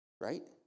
Right